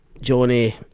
Johnny